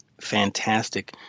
fantastic